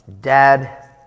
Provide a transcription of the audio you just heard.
Dad